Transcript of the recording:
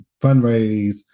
fundraise